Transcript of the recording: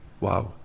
Wow